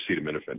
acetaminophen